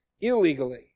illegally